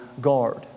guard